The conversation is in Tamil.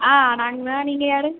ஆ நாங்கள் தான் நீங்கள் யார்